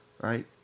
Right